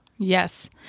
Yes